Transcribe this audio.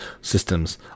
systems